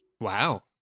Wow